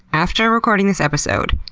after recording this episode